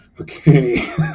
okay